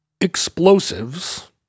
explosives